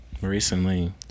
Recently